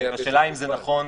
השאלה אם זה נכון,